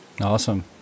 Awesome